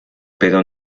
pero